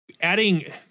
adding